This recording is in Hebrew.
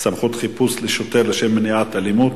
(סמכות חיפוש לשוטר לשם מניעת אלימות),